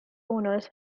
owners